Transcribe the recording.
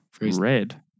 Red